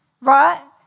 right